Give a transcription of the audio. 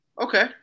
Okay